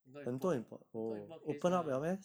很多 import 很多 import case lah